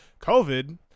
COVID